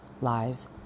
lives